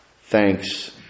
thanks